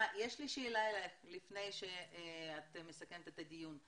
יש לי שאלה אלייך לפני שאני מסכמת את הדיון,